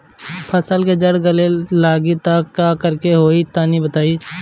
फसल के जड़ गले लागि त का करेके होई तनि बताई?